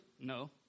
No